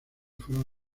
fueron